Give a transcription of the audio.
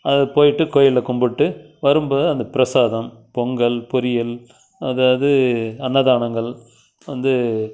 அது போய்விட்டு கோயிலில் கும்பிட்டு வரும்போது அந்தப் பிரசாதம் பொங்கல் பொரியல் அதாவது அன்னதானங்கள் வந்து